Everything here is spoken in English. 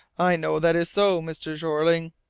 i know that is so, mr. jeorling,